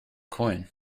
coin